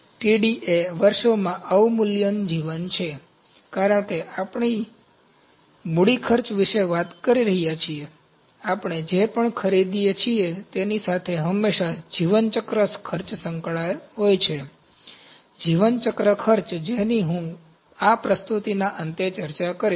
Td એ વર્ષોમાં અવમૂલ્યન જીવન છે કારણ કે આપણે મૂડી ખર્ચ વિશે વાત કરી રહ્યા છીએ આપણે જે પણ ખરીદીએ છીએ તેની સાથે હંમેશા જીવન ચક્ર ખર્ચ સંકળાયેલો હોય છે જીવન ચક્ર ખર્ચ જેની હું આ પ્રસ્તુતિના અંતે ચર્ચા કરીશ